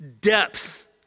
depth